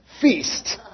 feast